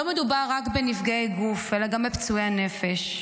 לא מדובר רק בנפגעי גוף אלא גם בפצועי הנפש,